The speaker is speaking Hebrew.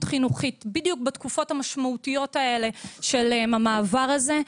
חינוכית בדיוק בתקופות המשמעותיות האלה של המעבר הזה,